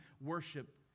worship